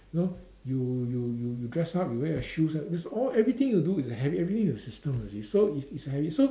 so you you you you dress up you wear your shoes that's all everything you do is a habit everything is a system already so it's it's a habit so